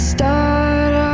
Start